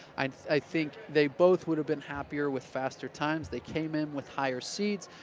i i think they both would have been happier with faster times, they came in with higher seeds,